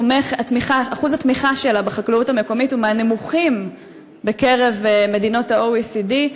אחוז התמיכה שלה בחקלאות המקומית הוא מהנמוכים בקרב מדינות ה-OECD,